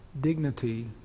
dignity